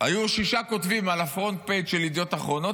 היו שישה כותבים על ה-Front Page של ידיעות אחרונות,